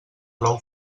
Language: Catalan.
plou